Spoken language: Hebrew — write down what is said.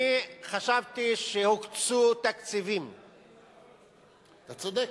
אני חשבתי שהוקצו תקציבים, אתה צודק.